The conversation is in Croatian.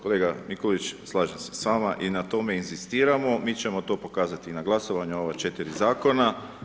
Kolega Mikulić, slažem se s vama i na tome inzistiramo, mi ćemo to pokazati i na glasovanju ova 4 Zakona.